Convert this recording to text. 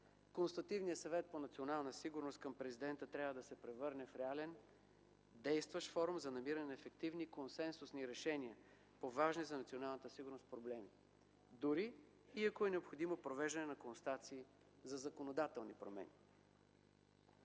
Консултативният съвет за национална сигурност към Президента трябва да се превърне в реален, действащ форум за намиране на ефективни и консенсусни решения по важни за националната сигурност проблеми, дори, ако е необходимо, провеждане на консултации за законодателни промени.